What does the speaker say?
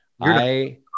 I-